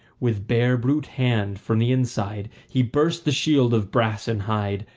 with bare brute hand from the inside he burst the shield of brass and hide,